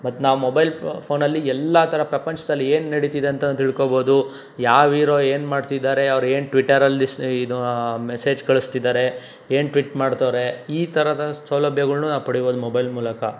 ಮತ್ತು ನಾವು ಮೊಬೈಲ್ ಫೋನಲ್ಲಿ ಎಲ್ಲ ಥರ ಪ್ರಪಂಚದಲ್ಲಿ ಏನು ನಡೀತಿದೆ ಅಂತಲೂ ತಿಳ್ಕೊಬಹುದು ಯಾವ ಹೀರೋ ಏನು ಮಾಡ್ತಿದ್ದಾರೆ ಅವರೇನು ಟ್ವಿಟರಲ್ಲಿ ಇದು ಮೆಸೇಜ್ ಕಳಿಸ್ತಿದ್ದಾರೆ ಏನು ಟ್ವಿಟ್ ಮಾಡ್ತಾರೆ ಈ ಥರದ ಸೌಲಭ್ಯಗಳನ್ನೂ ನಾವು ಪಡಿಬೋದು ಮೊಬೈಲ್ ಮೂಲಕ